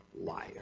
Liar